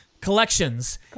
collections